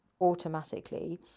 automatically